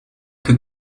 que